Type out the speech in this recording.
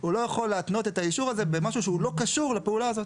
הוא לא יכול להתנות את האישור הזה במשהו שהוא לא קשור פעולה הזאת.